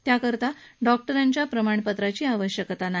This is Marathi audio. त्याकरता डॉक ्रिंच्या प्रमाणपत्राची आवश्यकता नाही